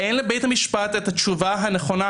אין לבית המשפט את התשובה הנכונה.